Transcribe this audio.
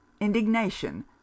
indignation